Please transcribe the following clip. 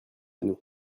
nous